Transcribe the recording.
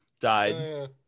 died